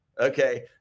okay